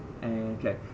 Okay